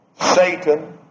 Satan